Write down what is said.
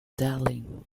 darling